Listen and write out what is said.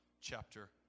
chapter